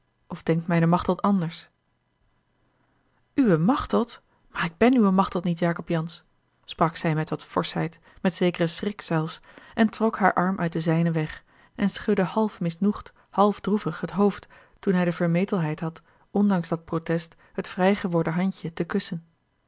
of denkt mijne machteld anders uwe machteld maar ik ben uwe machteld niet jacob jansz sprak zij met wat forschheid met zekeren schrik zelfs en trok haar arm uit den zijnen weg en schudde half misnoegd half droevig het hoofd toen hij de vermetelheid had ondanks dat protest het vrijgeworden handje te kussen